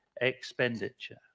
expenditure